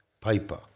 paper